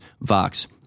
Vox